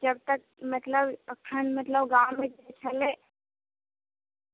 जब तक मतलब एखन मतलब गाँवमे जे छलै